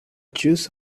juice